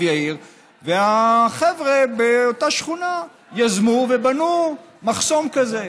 יאיר והחבר'ה באותה שכונה יזמו ובנו מחסום כזה.